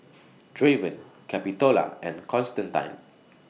Draven Capitola and Constantine